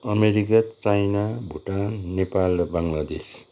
America China Bhutan Nepal र बाङ्ग्लादेश